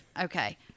okay